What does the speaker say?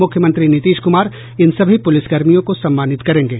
मुख्यमंत्री नीतीश कुमार इन सभी पुलिसकर्मियों को सम्मानित करेंगे